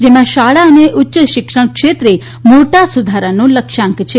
જેમાં શાળા અને ઉચ્ય શિક્ષણ ક્ષેત્રે મોટા સુધારાનો લક્ષ્યાંક છે